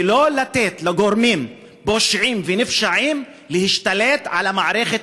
ולא לתת לגורמים פושעים ונפשעים להשתלט על המערכת